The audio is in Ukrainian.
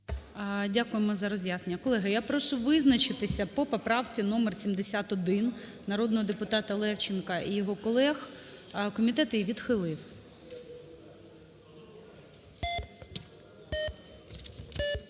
Дякуємо за роз'яснення. Колеги, я прошу визначитися по поправці номер 71 народного депутата Левченка і його колег. Комітет її відхилив.